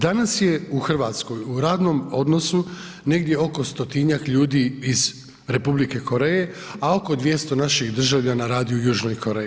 Danas je u Hrvatskoj u radnom odnosu negdje oko 100-tinjak ljudi iz Republike Koreje, a oko 200 naših državljana radi u Južnoj Koreji.